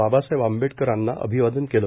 बाबासाहेब आंबेडकरांना अभिवादन केलं